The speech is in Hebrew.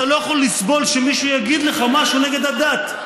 אתה לא יכול לסבול שמישהו יגיד לך משהו נגד הדת.